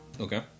Okay